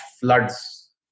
floods